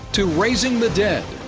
to raising the dead.